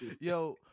Yo